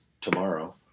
tomorrow